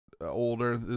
older